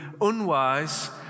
unwise